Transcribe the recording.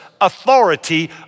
authority